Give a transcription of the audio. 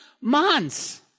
months